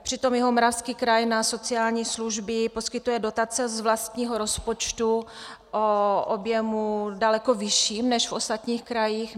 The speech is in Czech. Přitom Jihomoravský kraj na sociální služby poskytuje dotace z vlastního rozpočtu o objemu daleko vyšším než v ostatních krajích.